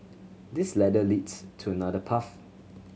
this ladder leads to another path